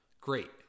great